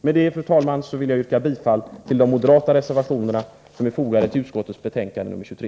Med detta, fru talman, vill jag yrka bifall till de moderata reservationer som är fogade till utskottets betänkande nr 23.